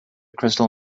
crystal